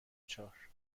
چهار